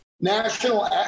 national